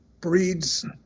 breeds